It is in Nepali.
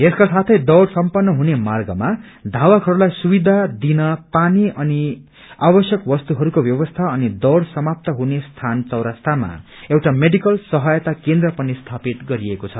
यसका साथै दौड सम्पन्न हुने र्मागमा धावकहरूलाई सुविधा दिन पानी अनि आवश्यक बस्तुहरूको व्यवस्था अनि दौड समाप्त हुने स्थान चौरस्तामा एउटा मेडिकल सहायता केन्द्र पनि स्थापित गरिएको छ